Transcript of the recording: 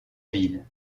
ville